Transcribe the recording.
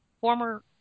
former